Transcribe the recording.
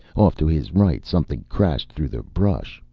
off to his right something crashed through the brush,